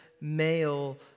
male